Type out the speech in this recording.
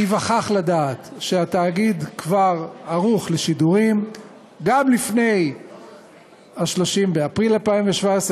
תיווכח לדעת שהתאגיד כבר ערוך לשידורים גם לפני 30 באפריל 2017,